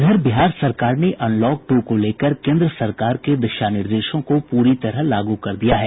इधर बिहार सरकार ने अनलॉक टू को लेकर केन्द्र सरकार के दिशा निर्देशों को पूरी तरह लागू कर दिया है